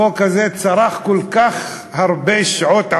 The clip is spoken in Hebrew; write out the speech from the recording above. החוק הזה צרך כל כך הרבה שעות עבודה,